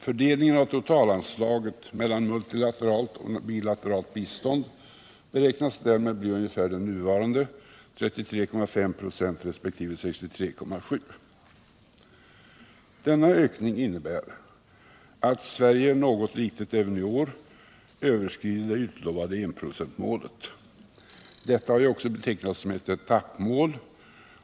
Fördelningen av totalanslaget mellan multilateralt och bilateralt bistånd beräknas därmed bli ungefär den nuvarande — 33,5 resp. 63,7 96. Denna ökning innebär att Sverige även i år något litet överskrider det utlovade enprocentsmålet. Detta har ju också betecknats som ett etappmål.